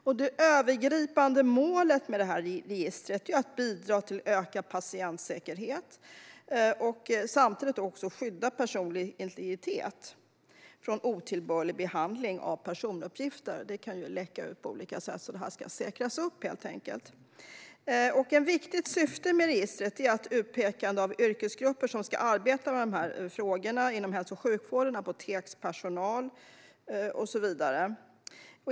Och det övergripande målet med registret är att bidra till ökad patientsäkerhet och samtidigt skydda personlig integritet från otillbörlig behandling av personuppgifter. De kan läcka ut på olika sätt. Det ska därför säkras upp. Ett viktigt syfte med registret är att underlätta för yrkesgrupper som ska arbeta med de här frågorna inom hälso och sjukvården - apotekspersonal och så vidare.